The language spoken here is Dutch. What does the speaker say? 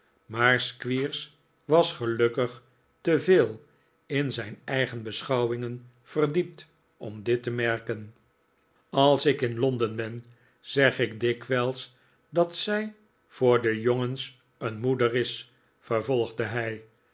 maar squeers was gelukkig te veel in zijn eigen heschouwingen verdiept om dit te merken als ik in londen ben zeg ik dikwijls dat zij voor de jongens een moeder is vervolgde hij